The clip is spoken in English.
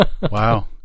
Wow